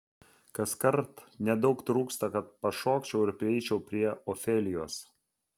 kaskart nedaug trūksta kad pašokčiau ir prieičiau prie ofelijos